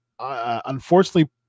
unfortunately